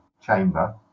chamber